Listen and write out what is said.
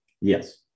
Yes